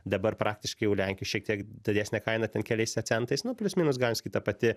dabar praktiškai jau lenkija šiek tiek didesnę kainą ten keliais centais nu plius minus galima sakyt ta pati